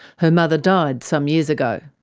her mother died some years ago.